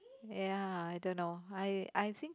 ya I don't know I I think